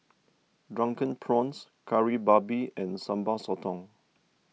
Drunken Prawns Kari Babi and Sambal Sotong